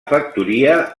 factoria